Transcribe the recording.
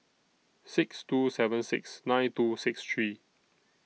six two seven six nine two six three